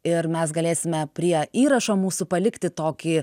ir mes galėsime prie įrašo mūsų palikti tokį